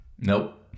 Nope